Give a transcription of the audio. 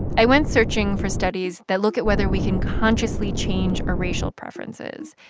i went searching for studies that look at whether we can consciously change our racial preferences.